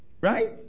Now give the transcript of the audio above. right